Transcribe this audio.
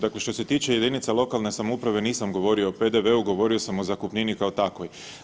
Dakle, što se tiče jedinica lokalne samouprave, nisam govorio o PDV-u, govorio sam o zakupnini kao takvoj.